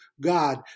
god